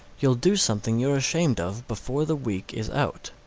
you'll do something you're ashamed of before the week is out.